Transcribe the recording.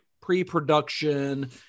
pre-production